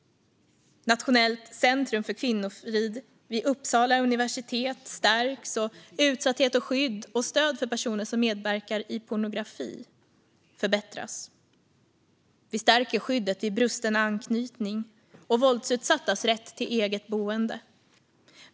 Nationellt centrum för kvinnofrid vid Uppsala universitet stärks, och när det gäller utsatthet förbättras skydd och stöd för personer som medverkar i pornografi. Vi stärker skyddet vid brusten anknytning och våldsutsattas rätt till eget boende.